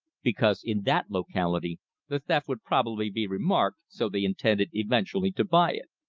because in that locality the theft would probably be remarked, so they intended eventually to buy it.